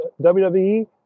WWE